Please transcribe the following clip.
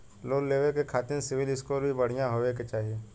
Loan लेवे के खातिन सिविल स्कोर भी बढ़िया होवें के चाही?